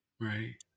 right